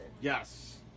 Yes